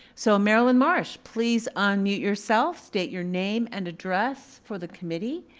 so merrilynn marsh, please unmute yourself, state your name and address for the committee.